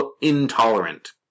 intolerant